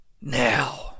Now